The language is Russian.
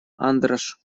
андраш